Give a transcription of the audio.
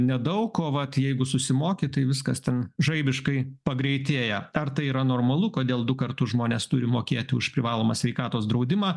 nedaug o vat jeigu susimoki tai viskas ten žaibiškai pagreitėja ar tai yra normalu kodėl du kartus žmonės turi mokėti už privalomą sveikatos draudimą